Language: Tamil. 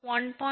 88 1